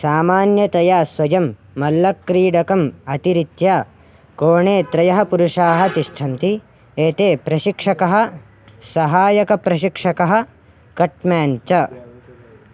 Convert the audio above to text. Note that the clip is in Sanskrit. सामान्यतया स्वयं मल्लक्रीडकम् अतिरित्य कोणे त्रयः पुरुषाः तिष्ठन्ति एते प्रशिक्षकः सहायकप्रशिक्षकः कट् मेन् च